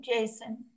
Jason